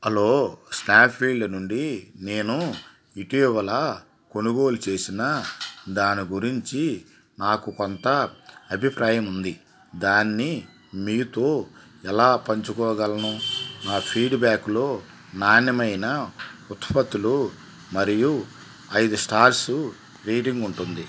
hello snap field నుండి నేను ఇటీవల కొనుగోలు చేసిన దాని గురించి నాకు కొంత అభిప్రాయం ఉంది దాన్ని మీతో ఎలా పంచుకోగలను నా ఫీడ్బ్యాక్లో నాణ్యమైన ఉత్పత్తులు మరియు ఐదు స్టార్సు రేటింగ్ ఉంటుంది